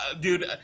Dude